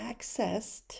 accessed